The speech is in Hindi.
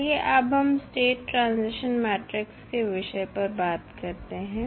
चलिए अब हम स्टेट ट्रांजिशन मैट्रिक्स के विषय पर बात करते हैं